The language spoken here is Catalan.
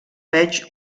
veig